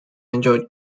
enjoyed